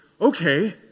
okay